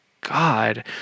God